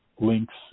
links